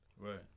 Right